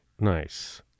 Nice